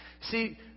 See